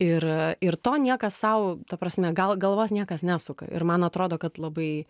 ir ir to niekas sau ta prasme gal galvos niekas nesuka ir man atrodo kad labai